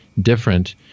different